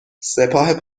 سپاه